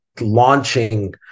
launching